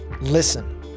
Listen